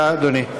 בבקשה, אדוני.